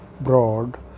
broad